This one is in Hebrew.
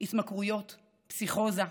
התמכרויות, פסיכוזה,